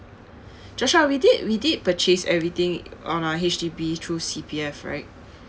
joshua we did we did purchase everything on our H_D_B through C_P_F right